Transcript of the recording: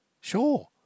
Sure